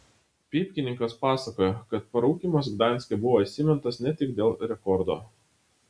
pypkininkas pasakojo kad parūkymas gdanske buvo įsimintinas ne tik dėl rekordo